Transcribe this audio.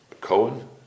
Cohen